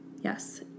Yes